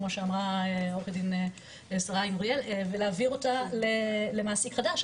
כמו שאמרה עו"ד שריי גבאי ולהעביר אותה למעסיק חדש,